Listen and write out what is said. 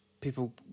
people